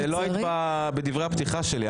לא היית בדברי הפתיחה שלי.